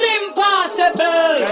impossible